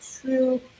true